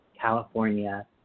California